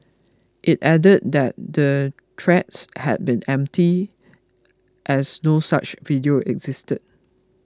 it added that the threats had been empty as no such video existed